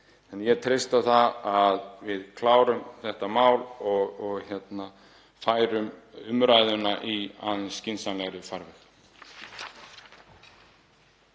Ég treysti á það að við klárum þetta mál og færum umræðuna í aðeins skynsamlegri farveg.